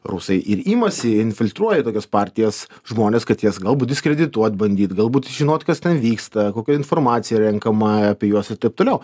rusai ir imasi infiltruoja į tokias partijas žmones kad jas galbūt diskredituot bandyt galbūt žinot kas ten vyksta kokia informacija renkama apie juos ir taip toliau